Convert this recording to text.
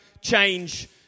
change